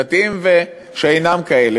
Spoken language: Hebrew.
דתיים ושאינם כאלה,